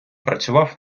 працював